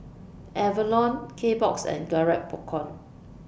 Avalon Kbox and Garrett Popcorn